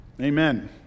amen